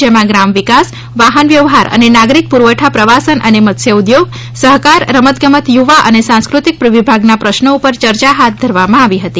જેમાં ગ્રામ વિકાસ વાહન વ્યવહાર અને નાગરિક પુરવઠા પ્રવાસન અને મતસ્યો ઉદ્યોગ સહકાર રમત ગમત યુવા અને સાંસ્કૃતિક વિભાગના પ્રશ્નો ઉપર ચર્ચા હાથ ધરવામાં આવી હતી